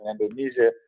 Indonesia